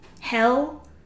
hell